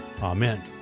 Amen